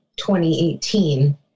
2018